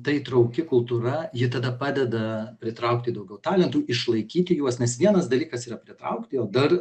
ta įtrauki kultūra ji tada padeda pritraukti daugiau talentų išlaikyti juos nes vienas dalykas yra pritraukti o dar